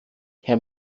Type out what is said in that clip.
herr